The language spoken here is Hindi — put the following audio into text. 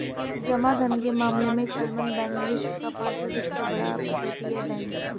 जमा धन के मामले में क्लमन बैंक विश्व का पांचवा सबसे बड़ा अपतटीय बैंक है